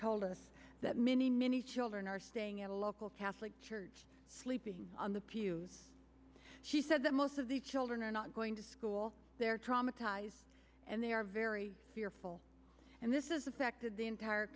told us that many many children are staying at a local catholic church sleeping on the pews she said that most of these children are not going to school they're traumatized and they are very fearful and this is affected the entire